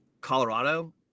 Colorado